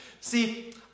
See